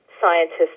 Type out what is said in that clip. scientists